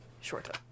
shorter